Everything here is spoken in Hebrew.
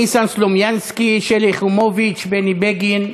ניסן סלומינסקי, שלי יחימוביץ, בני בגין.